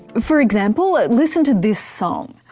for example, listen to this song.